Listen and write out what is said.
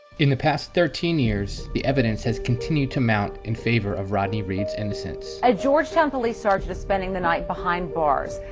in the past thirteen years the evidence has continued to mount in favor of rodney reed's innocence. a georgetown police sergeant is spending the night behind bars.